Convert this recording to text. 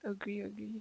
agree agree